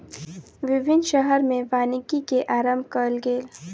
विभिन्न शहर में वानिकी के आरम्भ कयल गेल